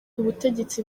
ubutegetsi